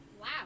Wow